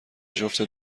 جفت